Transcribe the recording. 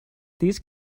these